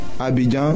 Abidjan